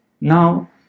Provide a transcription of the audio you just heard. Now